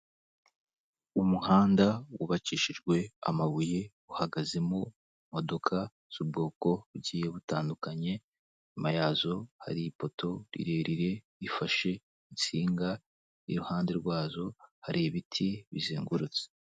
Umuhanda wubakishijwe amabuye uhagazemo imodoka z'ubwoko bugiye butandukanye, inyuma yazo hari ipoto rirerire ifashe insinga, iruhande rwazo hari ibiti bizengurutse.